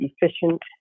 efficient